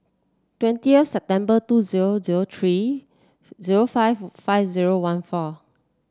twentieth September two zero zero three zero five five zero one four